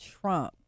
Trump